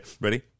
ready